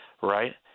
right